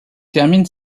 termine